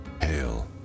Hail